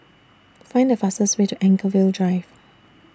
Find The fastest Way to Anchorvale Drive